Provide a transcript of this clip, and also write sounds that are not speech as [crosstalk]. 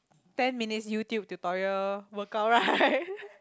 ten minutes YouTube tutorial workout right [laughs]